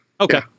Okay